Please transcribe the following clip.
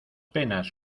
penas